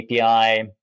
API